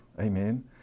Amen